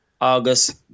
August